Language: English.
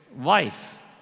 life